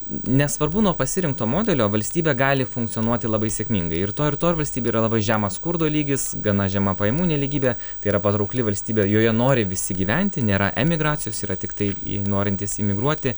nesvarbu nuo pasirinkto modelio valstybė gali funkcionuoti labai sėkmingai ir toj ir toj valstybėje yra labai žemas skurdo lygis gana žema pajamų nelygybė tai yra patraukli valstybė ir joje nori visi gyventi nėra emigracijos yra tiktai norintys imigruoti